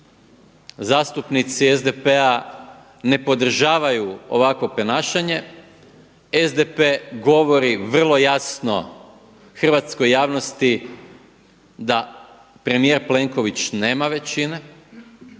zastupnici SDP-a ne podržavaju ovakvo ponašanje. SDP govori vrlo jasno hrvatskoj javnosti da premijer Plenković nema većine,